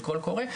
של קול קורא,